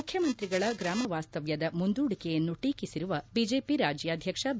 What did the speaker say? ಮುಖ್ಯಮಂತ್ರಿಗಳ ಗ್ರಾಮ ವಾಸ್ತವ್ಯದ ಮುಂದೂಡಿಕೆಯನ್ನು ಟೀಕಿಸಿರುವ ಬಿಜೆಪಿ ರಾಜ್ಯಾಧ್ವಕ್ಷ ಬಿ